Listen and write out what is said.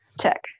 Check